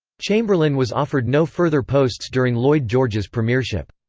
chamberlain was offered no further posts during lloyd george's premiership.